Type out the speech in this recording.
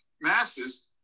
masses